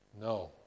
No